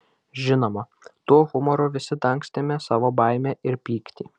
žinoma tuo humoru visi dangstėme savo baimę ir pyktį